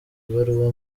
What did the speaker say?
ibaruwa